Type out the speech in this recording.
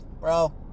bro